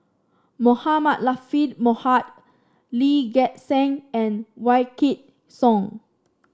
Mohamed Latiff Mohamed Lee Gek Seng and Wykidd Song